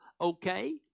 Okay